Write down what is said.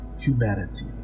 humanity